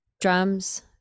drums